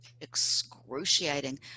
excruciating